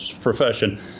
profession